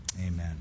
amen